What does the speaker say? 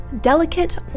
delicate